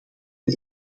ten